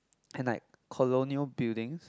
can I colonial buildings